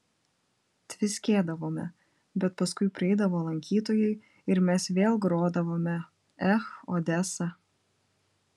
tviskėdavome bet paskui prieidavo lankytojai ir mes vėl grodavome ech odesa